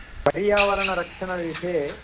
पर्यावरणरक्षणविषये